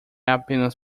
apenas